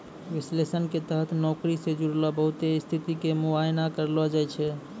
विश्लेषण के तहत नौकरी से जुड़लो बहुते स्थिति के मुआयना करलो जाय छै